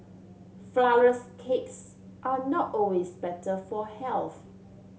flourless cakes are not always better for health